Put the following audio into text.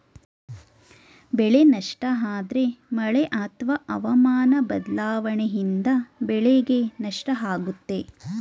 ಬೆಳೆ ನಷ್ಟ ಅಂದ್ರೆ ಮಳೆ ಅತ್ವ ಹವಾಮನ ಬದ್ಲಾವಣೆಯಿಂದ ಬೆಳೆಗೆ ನಷ್ಟ ಆಗುತ್ತೆ